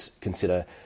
consider